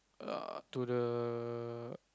err to the